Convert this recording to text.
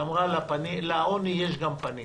שאמרה: לעוני יש גם פנים